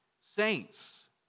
saints